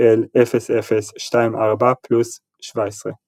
CL0024+17 .